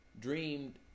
dreamed